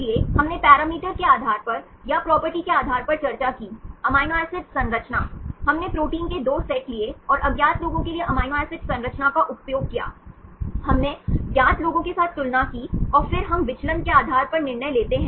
इसलिए हमने पैरामीटर के आधार पर या प्रॉपर्टी के आधार पर चर्चा की अमीनो एसिड संरचना हमने प्रोटीन के 2 सेट के लिए और अज्ञात लोगों के लिए अमीनो एसिड संरचना का उपयोग किया हमने ज्ञात लोगों के साथ तुलना की और फिर हम विचलन के आधार पर निर्णय लेते हैं